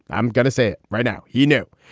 i'm gonna say it right now. he knew,